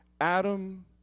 Adam